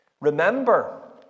Remember